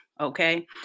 okay